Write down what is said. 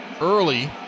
early